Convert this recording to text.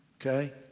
okay